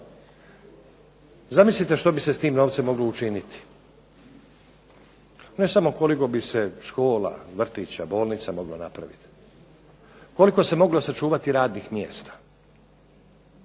Zamislite što bi se s tim novcem moglo učiniti. Ne samo koliko bi se škola, vrtića, bolnica moglo napraviti, koliko se moglo sačuvati radnih mjesta